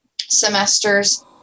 semesters